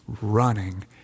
running